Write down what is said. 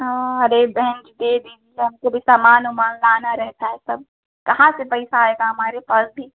हाँ अरे बहन जी दे देंगे हमको भी समान उमान लाना रहता है तब कहाँ से पैसा आएगा हमारे पास भी